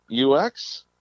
UX